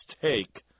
take